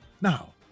Now